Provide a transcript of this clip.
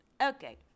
okay